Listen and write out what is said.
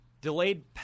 delayed